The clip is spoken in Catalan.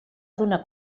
donar